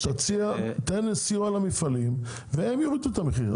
תן סיוע למפעלים והם יורידו את המחיר.